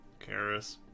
Karis